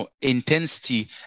intensity